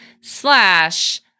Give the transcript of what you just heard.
slash